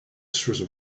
through